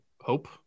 Hope